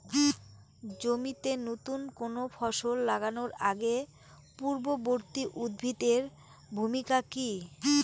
জমিতে নুতন কোনো ফসল লাগানোর আগে পূর্ববর্তী উদ্ভিদ এর ভূমিকা কি?